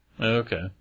Okay